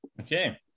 okay